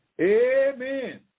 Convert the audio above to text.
Amen